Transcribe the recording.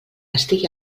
estigui